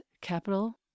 capital